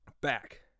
back